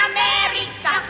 America